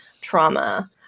trauma